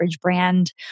brand